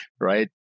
right